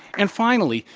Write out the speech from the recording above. and finally,